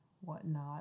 whatnot